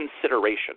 consideration